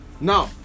Now